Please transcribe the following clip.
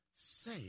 say